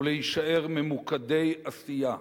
ולהישאר ממוקדי עשייה.